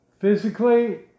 physically